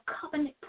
covenant